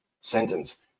sentence